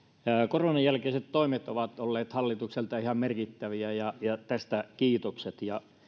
koronan jälkeiset toimet ovat olleet hallitukselta ihan merkittäviä ja ja tästä kiitokset